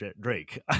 Drake